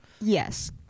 Yes